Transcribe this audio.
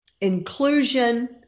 inclusion